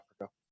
Africa